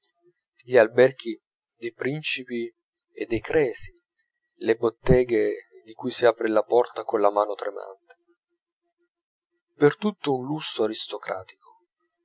gli alberghi dei principi e dei cresi le botteghe di cui si apre la porta colla mano tremante per tutto un lusso aristocratico